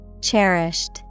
Cherished